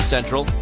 Central